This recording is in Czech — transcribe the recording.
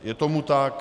Je tomu tak.